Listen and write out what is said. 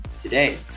today